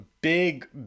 Big